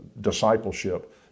discipleship